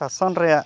ᱥᱟᱥᱚᱱ ᱨᱮᱭᱟᱜ